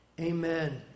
Amen